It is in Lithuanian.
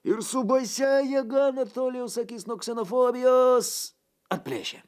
ir su baisia jėga anatolijaus akis nuo ksenofobijos atplėšė